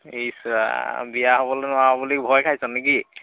ইছ্ ৰাম বিয়া হ'বলৈ নোৱাৰ বুলি ভয় খাইছ নে কি